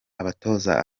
abatoza